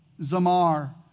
Zamar